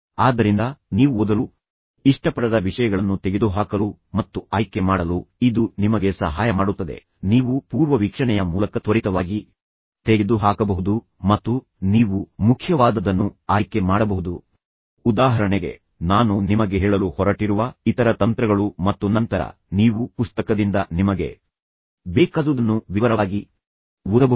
ಆದ್ದರಿಂದ ನೀವು ಓದಲು ಇಷ್ಟಪಡದ ವಿಷಯಗಳನ್ನು ತೆಗೆದುಹಾಕಲು ಮತ್ತು ಆಯ್ಕೆ ಮಾಡಲು ಇದು ನಿಮಗೆ ಸಹಾಯ ಮಾಡುತ್ತದೆ ನೀವು ಪೂರ್ವವೀಕ್ಷಣೆಯ ಮೂಲಕ ತ್ವರಿತವಾಗಿ ತೆಗೆದುಹಾಕಬಹುದು ಮತ್ತು ನೀವು ಮುಖ್ಯವಾದದ್ದನ್ನು ಆಯ್ಕೆ ಮಾಡಬಹುದು ಉದಾಹರಣೆಗೆ ನಾನು ನಿಮಗೆ ಹೇಳಲು ಹೊರಟಿರುವ ಇತರ ತಂತ್ರಗಳು ಮತ್ತು ನಂತರ ನೀವು ಪುಸ್ತಕದಿಂದ ನಿಮಗೆ ಬೇಕಾದುದನ್ನು ವಿವರವಾಗಿ ಓದಬಹುದು